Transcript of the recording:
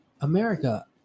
America